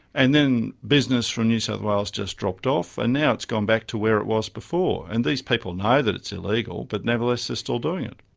and then business from new south wales just dropped off, and now it's gone back to where it was before, and these people know that it's illegal, but nevertheless they're still doing it.